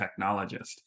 technologist